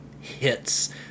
hits